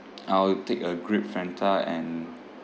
I will take a grape fanta and